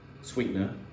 sweetener